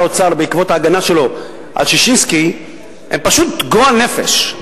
האוצר בעקבות ההגנה שלו על ששינסקי הן פשוט גועל נפש.